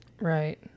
Right